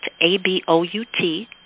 A-B-O-U-T